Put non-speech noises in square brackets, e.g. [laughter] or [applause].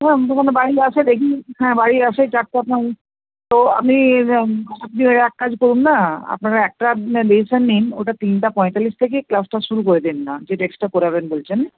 হ্যাঁ [unintelligible] বাড়ি আসে দেখি হ্যাঁ বাড়ি আসে চারটে [unintelligible] তো আপনি আপনি ওই এক কাজ করুন না আপনারা একটা ডিসিশান নিন ওটা তিনটে পঁয়তাল্লিশ থেকে ক্লাসটা শুরু করে দিন না যেটা এক্সট্রা করাবেন বলছেন